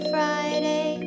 Friday